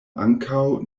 ankaŭ